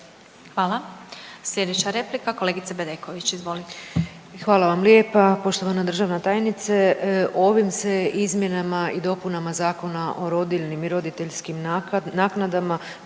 Hvala. Slijedeća replika kolega Bedeković. Izvolite. **Bedeković, Vesna (HDZ)** Hvala vam lijepa. Poštovana državna tajnice ovim se izmjenama i dopunama Zakona o rodiljnim i roditeljskim naknadama